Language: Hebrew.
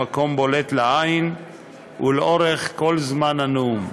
במקום בולט לעין ולאורך כל זמן הנאום.